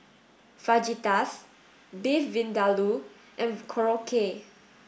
Fajitas Beef Vindaloo and Korokke